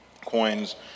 coins